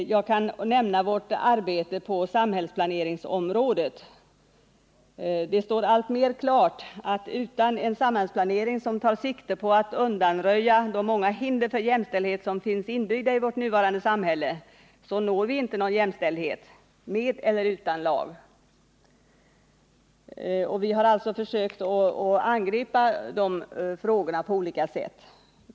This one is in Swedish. Jag kan här nämna vårt arbete på samhällsplaneringsområdet. Det står alltmer klart att utan en samhällsplanering som tar sikte på att undanröja de många hinder för jämlikhet som finns inbyggda i vårt nuvarande samhälle, så når vi ingen jämställdhet i arbetslivet — vare sig med eller utan någon lag. Vi har alltså försökt angripa dessa frågor på olika sätt.